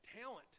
talent